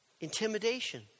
intimidation